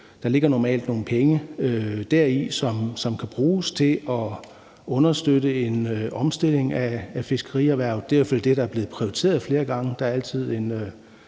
Der ligger normalt nogle penge deri, som kan bruges til at understøtte en omstilling af fiskerierhvervet. Det er i hvert fald det, der er blevet prioriteret flere gange.